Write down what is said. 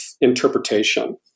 interpretation